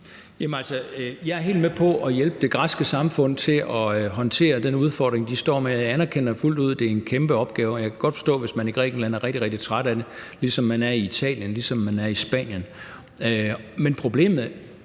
jeg er helt med på at hjælpe det græske samfund til at håndtere den udfordring, de står med. Jeg anerkender fuldt ud, at det er en kæmpe opgave, og jeg kan godt forstå, hvis man i Grækenland er rigtig, rigtig træt af det, ligesom man er i Italien, og ligesom man er i Spanien. Men man bliver